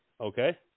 Okay